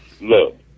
Look